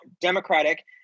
Democratic